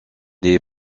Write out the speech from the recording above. des